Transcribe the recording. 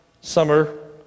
summer